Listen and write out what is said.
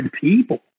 people